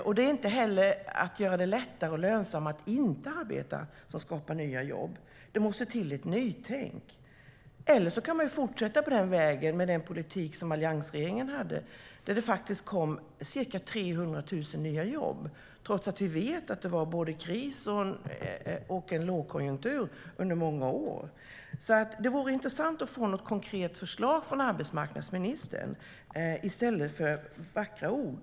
Det skapas inte heller några nya jobb genom att man gör det lättare och lönsammare att inte arbeta. Det måste till ett nytänkande. Eller också kan man fortsätta med den politik som alliansregeringen hade, då det faktiskt tillkom ca 300 000 nya jobb, trots att vi vet att det var både kris och lågkonjunktur under många år. Det vore därför intressant att få något konkret förslag från arbetsmarknadsministern i stället för vackra ord.